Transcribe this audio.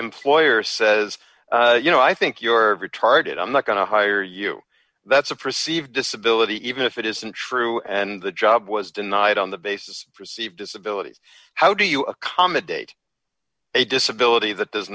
employer says you know i think you're retarded i'm not going to hire you that's a perceived disability even if it isn't true and the job was denied on the basis receive disability how do you accommodate a disability that does